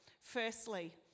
Firstly